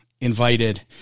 invited